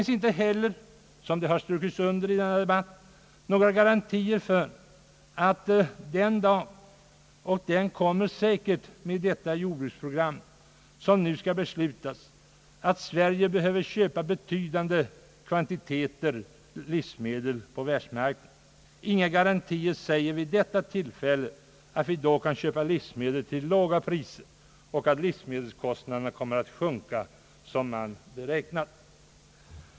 Såsom understrukits tidigare i denna debatt, kommer säkert den dag då Sverige behöver köpa betydande kvantiteter livsmedel på världsmarknaden. Det finns inga garantier för att vi då kan köpa livsmedel till låga priser och att livsmedelskostnaderna 'kommer att sjunka som man beräknat.